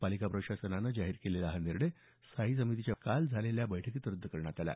पालिका प्रशासनानं जाहीर केलेला हा निर्णय स्थायी समितीच्या काल झालेल्या बैठकीत रद्द करण्यात आला